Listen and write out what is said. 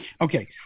Okay